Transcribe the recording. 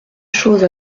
chose